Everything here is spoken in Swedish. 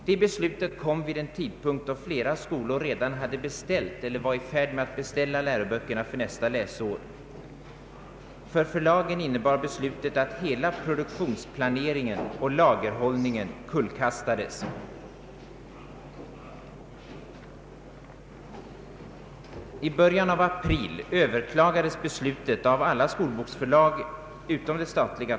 Detta beslut kom vid en tidpunkt då flera skolor redan hade beställt eller var i färd med att beställa läroböckerna för nästa läsår. För förlagen innebar beslutet att hela produktionsplaneringen och lagerhållningen kullkastades. I början av april överklagades beslutet av alla skolboksförlag utom det statliga.